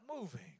moving